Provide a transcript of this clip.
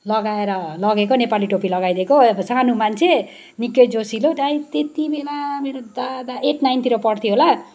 लगाएर लगेको नेपाली टोपी लगाइदिएको अब सानो मान्छे निकै जोसिलो टा त्यतिबेला मेरो दादा एट नाइनतिर पढ्थ्यो होला